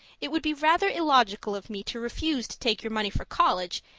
it would be rather illogical of me to refuse to take your money for college,